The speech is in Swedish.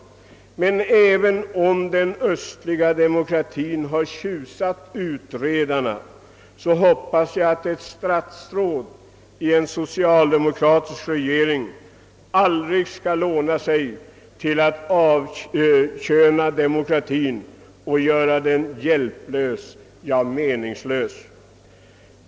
Men även om den östliga demokratien tjusat utredarna, hoppas jag att ett statsråd i en socialdemokratisk regering aldrig skall låna sig till att avköna demokratien och göra den hjälplös, ja, meningslös.